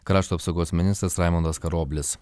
krašto apsaugos ministras raimundas karoblis